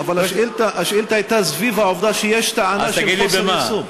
אבל השאילתה הייתה סביב העובדה שיש טענה של חוסר יישום.